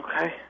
Okay